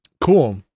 Cool